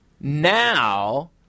now